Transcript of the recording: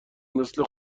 مثل